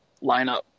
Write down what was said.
lineup